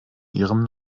ihrem